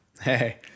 hey